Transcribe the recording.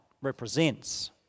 represents